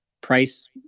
price